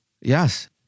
yes